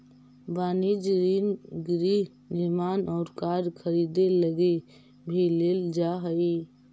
वनिजी ऋण गृह निर्माण और कार खरीदे लगी भी लेल जा हई